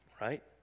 Right